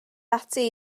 ati